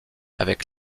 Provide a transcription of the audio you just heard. avec